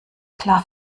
klar